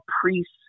priests